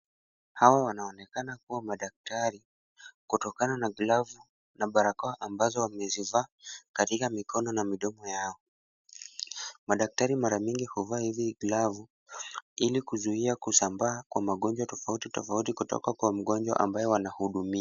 Hawa wanaonekana kuwa na madaktari kutokana na glavu na barakoa ambazo wamezivaa katika mikono na midomo yao. Madaktari mara mingi huvaa hizi glavu ili kuzuia kusambaa kwa magonjwa tofautitofauti kutoka kwa mgonjwa ambaye wanahudumia.